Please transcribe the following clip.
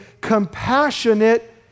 compassionate